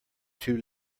too